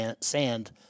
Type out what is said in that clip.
sand